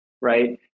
right